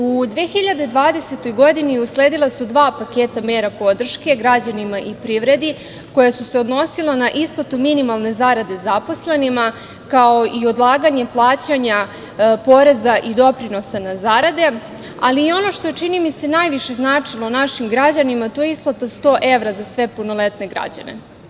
U 2020. godini usledila su dva paketa mera podrške, građanima i privredi koja su se odnosila na isplatu minimalne zarade zaposlenima, kao i odlaganje plaćanja poreza i doprinosa na zarade, ali ono što je čini mi se najviše značilo našim građanima, to je isplata 100 evra za sve punoletne građane.